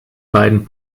beiden